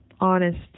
honest